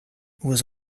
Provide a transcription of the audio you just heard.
was